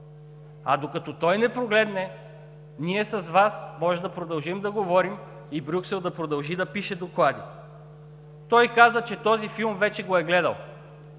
а докато той не прогледне, ние с Вас можем да продължим да говорим и Брюксел да продължи да пише доклади. Той каза, че този филм вече го е гледал!